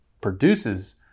produces